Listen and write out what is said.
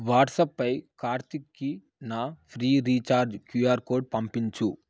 వాట్సప్పై కార్తీక్కి నా free recharge QR code పంపించు